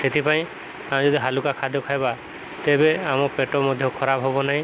ସେଥିପାଇଁ ଆମେ ଯଦି ହାଲୁକା ଖାଦ୍ୟ ଖାଇବା ତେବେ ଆମ ପେଟ ମଧ୍ୟ ଖରାପ ହବ ନାହିଁ